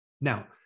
Now